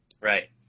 Right